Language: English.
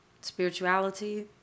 spirituality